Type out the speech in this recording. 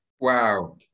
Wow